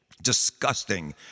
disgusting